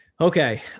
Okay